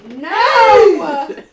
No